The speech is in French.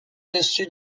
dessus